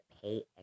pay